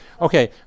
Okay